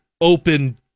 open